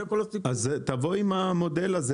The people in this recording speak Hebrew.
אז תבוא עם המודל הזה,